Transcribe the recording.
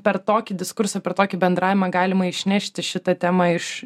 per tokį diskursą per tokį bendravimą galima išnešti šitą temą iš